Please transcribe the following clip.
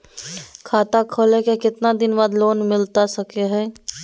खाता खोले के कितना दिन बाद लोन मिलता सको है?